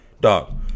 dog